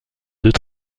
deux